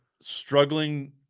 struggling